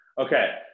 Okay